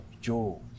Joe